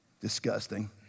Disgusting